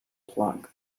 plug